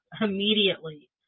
immediately